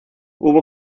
hubo